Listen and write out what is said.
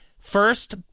first